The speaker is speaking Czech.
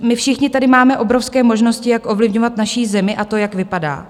My všichni tady máme obrovské možnosti, jak ovlivňovat naši zemi a to, jak vypadá.